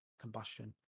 combustion